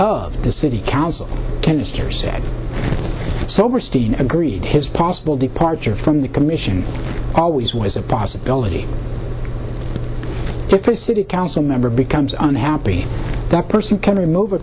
of the city council cannister said sober steve agreed his possible departure from the commission always was a possibility if a city council member becomes unhappy that person can remove a